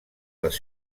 les